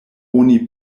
oni